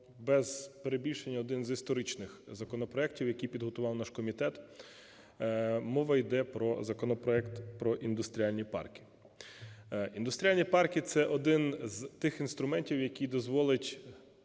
без перебільшення, один з історичних законопроектів, які підготував наш комітет. Мова йде про законопроект про індустріальні парки. Індустріальні парки – це один із тих інструментів, які дозволять,